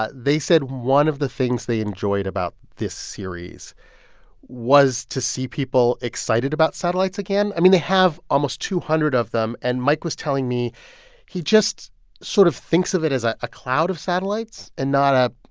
ah they said one of the things they enjoyed about this series was to see people excited about satellites again. i mean, they have almost two hundred of them. and mike was telling me he just sort of thinks of it as a ah cloud of satellites and not a,